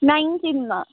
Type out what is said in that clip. नाइन्टिनमा